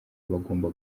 bagomba